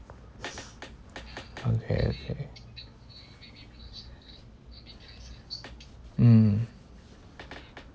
okay okay mm